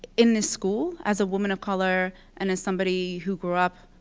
in this school, as a woman of color and as somebody who grew up,